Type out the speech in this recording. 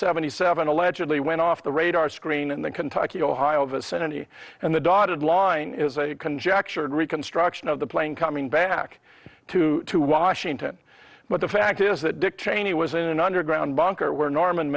seventy seven allegedly went off the radar screen in the kentucky ohio vicinity and the dotted line is a conjecture and reconstruction of the plane coming back to to washington but the fact is that dick cheney was in an underground bunker where norman